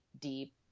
deep